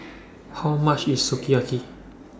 How much IS Sukiyaki